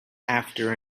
after